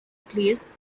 plays